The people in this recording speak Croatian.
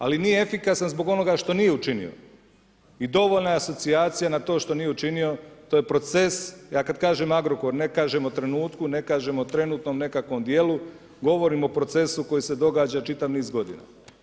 Ali nije efikasan zbog onoga što nije učinio i dovoljna je asocijacija na to što nije učinio, to je proces, ja kad kažem Agrokor ne kažem o trenutku, ne kažem o trenutnom nekakvom trenu, govorim o procesu koji se događa čitav niz godina.